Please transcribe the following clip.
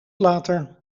later